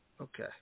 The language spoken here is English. Okay